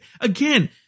again